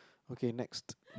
okay next